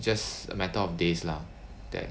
just a matter of days lah that